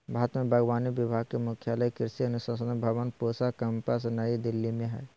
भारत में बागवानी विभाग के मुख्यालय कृषि अनुसंधान भवन पूसा केम्पस नई दिल्ली में हइ